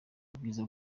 ubwiza